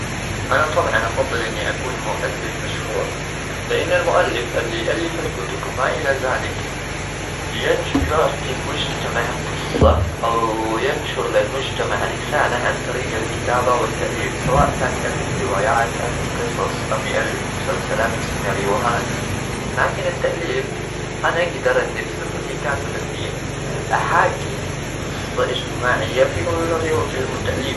أنا طبعا أفضل إني أكون مؤلف مشهور، لأن المؤلف اللي يؤلف الكتب وما إلى ذلك ينشأ-يعطي المجتمع قصة أو ينشر للمجتمع رسالة عن طريق الكتابة والتأليف. سواء كان يألف روايات أم قصص، أم يألف مسلسلات وسيناريوهات. لكن التأليف، أنا أجدر، بصفتي كاتب، إني أحاكي قصة اجتماعية في ال في التأليف.